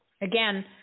Again